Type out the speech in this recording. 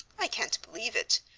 i can't believe it,